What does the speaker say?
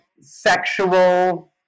sexual